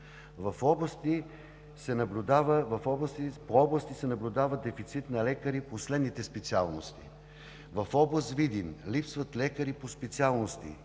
В областите се наблюдава дефицит на лекари по следните специалности: в област Видин липсват лекари по специалности